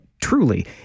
truly